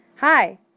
Hi